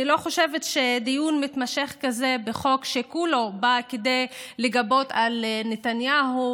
אני לא חושבת שדיון מתמשך כזה בחוק שכולו בא לגבות את נתניהו,